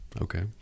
Okay